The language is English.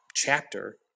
chapter